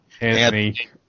Anthony